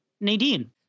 Nadine